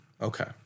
okay